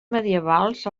medievals